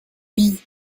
pis